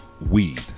weed